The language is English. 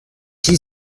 she